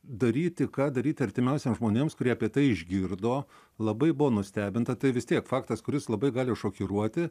daryti ką daryti artimiausiems žmonėms kurie apie tai išgirdo labai buvo nustebinta tai vis tiek faktas kuris labai gali šokiruoti